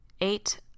Eight